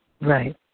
Right